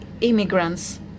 immigrants